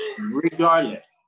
Regardless